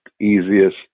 easiest